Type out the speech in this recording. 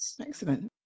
Excellent